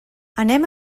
anem